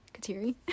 Kateri